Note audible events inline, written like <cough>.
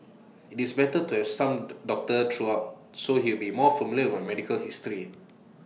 IT is better to have some <noise> doctor throughout so he would be familiar with my medical history